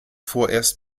vorerst